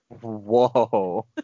Whoa